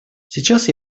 сейчас